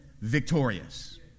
victorious